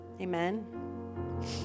Amen